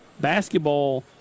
basketball